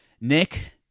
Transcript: Nick